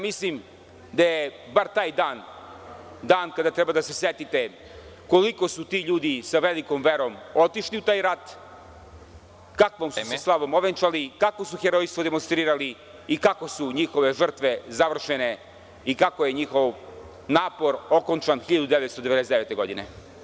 Mislim da je bar taj dan dan kada treba da se setiti koliko si tu ljudi sa velikom verom otišli u taj rat, kakvom su se slavom ovenčali, kako su herojstvo demonstrirali i kako su njihove žrtve završene i kako je njihov napor okončan 1999. godine.